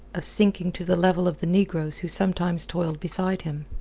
of sinking to the level of the negroes who sometimes toiled beside him.